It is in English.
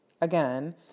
again